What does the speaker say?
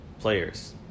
players